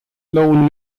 lawn